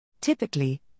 Typically